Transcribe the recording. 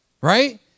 Right